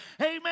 amen